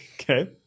Okay